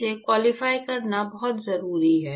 इसे क्वालीफाई करना बहुत जरूरी है